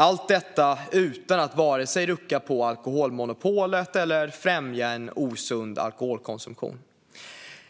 Allt detta kan ske utan att vare sig rucka på alkoholmonopolet eller främja en osund alkoholkonsumtion.